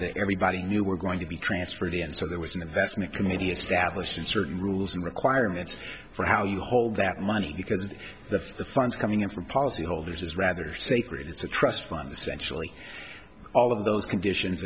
that everybody knew were going to be transferred and so there was an investment committee established and certain rules and requirements for how you hold that money because the funds coming in from policyholders is rather sacred it's a trust fund this actually all of those conditions